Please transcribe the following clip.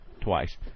twice